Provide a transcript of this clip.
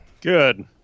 Good